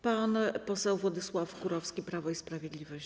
Pan poseł Władysław Kurowski, Prawo i Sprawiedliwość.